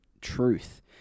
truth